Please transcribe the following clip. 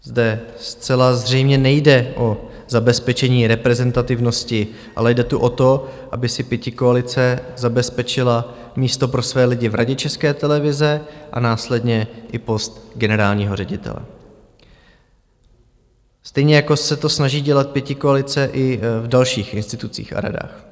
Zde zcela zřejmě nejde o zabezpečení reprezentativnosti, ale jde tu o to, aby si pětikoalice zabezpečila místo pro své lidi v Radě České televize a následně i post generálního ředitele, stejně jako se to snaží dělat pětikoalice i v dalších institucích a radách.